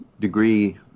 degree